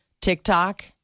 TikTok